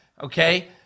okay